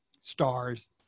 stars